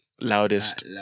Loudest